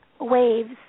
waves